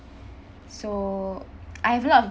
so I have a lot of